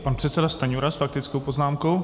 Pan předseda Stanjura s faktickou poznámkou.